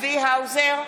צבי האוזר,